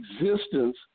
existence